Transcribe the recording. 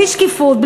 בלי שקיפות,